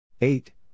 Eight